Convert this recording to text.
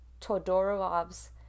Todorov's